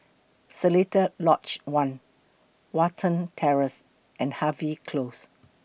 Seletar Lodge one Watten Terrace and Harvey Close